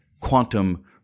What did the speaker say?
quantum